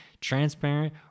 transparent